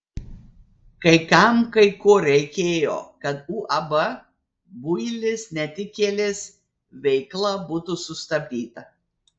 kai kam kai kur reikėjo kad uab builis netikėlis veikla būtų sustabdyta